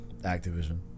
Activision